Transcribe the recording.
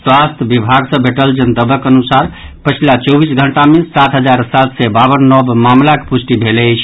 स्वास्थ्य विभाग सँ भेटल जनतबक अनुसार पछिला चौबीस घंटा मे सात हजार सात सय बावन नव मामिला पुष्टि भेल अछि